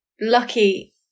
lucky